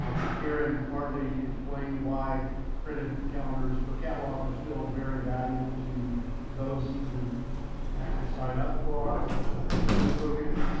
ah but karen martley explained why printed calendars or catalogs are still very valuable to those who actually sign up for our continuing ed programs,